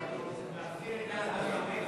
התרבות,